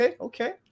Okay